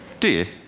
do